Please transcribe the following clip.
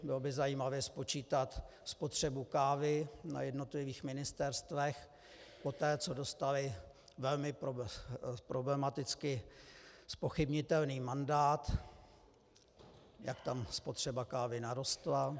Bylo by zajímavé spočítat spotřebu kávy na jednotlivých ministerstvech poté, co dostali velmi problematicky zpochybnitelný mandát, jak tam spotřeba kávy narostla.